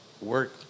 work